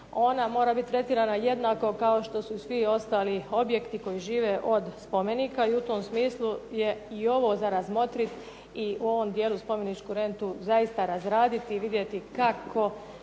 ona mora biti tretirana jednako kao što su svi ostali objekti koji žive od spomenika i u tom smislu je i ovo za razmotrit i u ovom dijelu spomeničku rentu zaista razraditi i vidjeti ikako